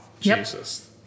Jesus